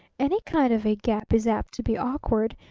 any kind of a gap is apt to be awkward,